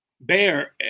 Bear